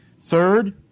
Third